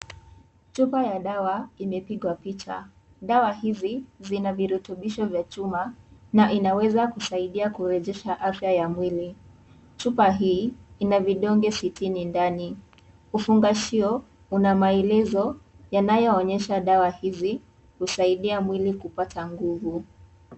Chupa ya dawa imepigwa picha, dawa hizi zina virutubisho vya chuma na inaweza saidia kurejesha afya ya mwili chupa hii ina vidonge sitini ndani ufungashio una maelezo yanayoonyesha dawa hizi husaidia mwili kupata nguvu.